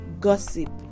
gossip